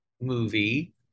movie